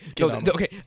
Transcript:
okay